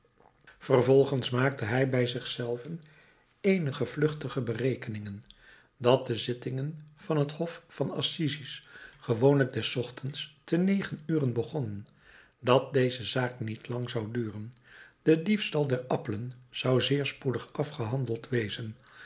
vervolgens maakte hij bij zich zelven eenige vluchtige berekeningen dat de zittingen van het hof van assises gewoonlijk des ochtends te negen uren begonnen dat deze zaak niet lang zou duren de diefstal der appelen zou zeer spoedig afgehandeld wezen